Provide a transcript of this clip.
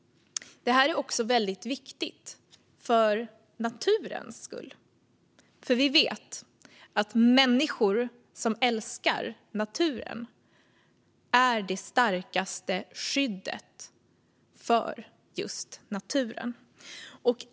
Det här är också väldigt viktigt för naturens skull. Vi vet ju att människor som älskar naturen är det starkaste skyddet för just naturen.